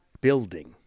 building